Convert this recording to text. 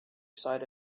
side